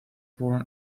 born